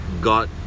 got